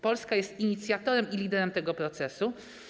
Polska jest inicjatorem i liderem tego procesu.